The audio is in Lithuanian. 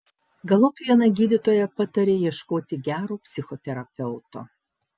galop viena gydytoja patarė ieškoti gero psichoterapeuto